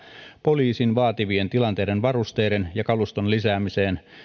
poliisin vaativien tilanteiden varusteiden ja kaluston lisäämiseen